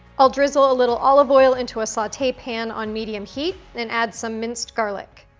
i'll drizzle a little olive oil into a saute pan on medium heat and add some minced garlic.